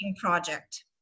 project